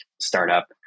startup